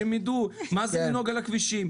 שהם יידעו מה זה לנהוג על הכבישים.